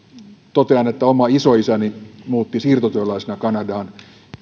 totean että oma isoisäni muutti siirtotyöläisenä kanadaan